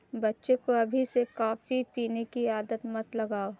बच्चे को अभी से कॉफी पीने की आदत मत लगाओ